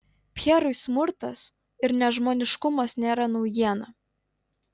pierui smurtas ir nežmoniškumas nėra naujiena